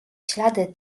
ślady